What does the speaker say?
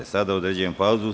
Sada određujem pauzu.